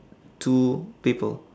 two people